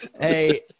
Hey